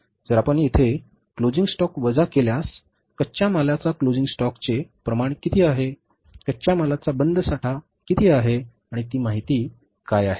जर आपण येथे क्लोजिंग स्टॉक वजा केल्यास कच्च्या मालाच्या क्लोजिंग स्टॉकचे प्रमाण किती आहे कच्च्या मालाचा बंद साठा किती आहे आणि ती माहिती काय आहे